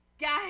Guys